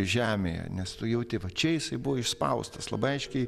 žemėje nes tu jauti va čia isai buvo įspaustas labai aiškiai